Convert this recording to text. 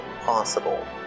possible